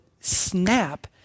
snap